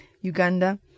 Uganda